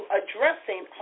addressing